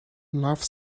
love